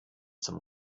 zum